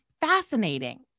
Fascinating